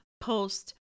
post